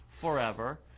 forever